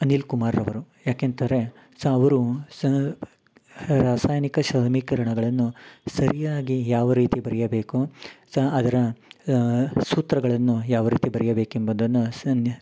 ಅನಿಲ್ ಕುಮಾರ್ರವರು ಯಾಕೆಂದರೆ ಸ ಅವರು ಸ ರಾಸಾಯನಿಕ ಶಮೀಕರಣಗಳನ್ನು ಸರಿಯಾಗಿ ಯಾವ ರೀತಿ ಬರೆಯಬೇಕು ಸಾ ಅದರ ಸೂತ್ರಗಳನ್ನು ಯಾವ ರೀತಿ ಬರೆಯಬೇಕು ಎಂಬುದನ್ನ ಸನ್ಯ